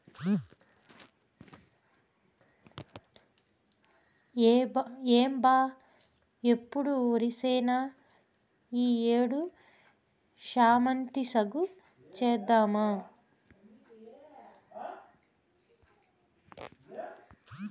ఏం బా ఎప్పుడు ఒరిచేనేనా ఈ ఏడు శామంతి సాగు చేద్దాము